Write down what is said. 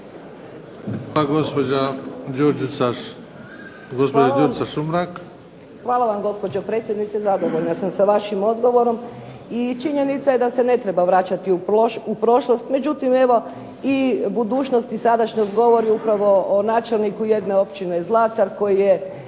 **Sumrak, Đurđica (HDZ)** Hvala vam, gospođo predsjednice. Zadovoljna sam sa vašim odgovorom. I činjenica je da se ne treba vraćati u prošlost, međutim evo i budućnost i sadašnjost govore upravo o načelniku jedne Općine Zlatar koji je